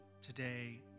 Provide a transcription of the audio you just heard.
today